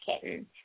kitten